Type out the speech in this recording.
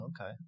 Okay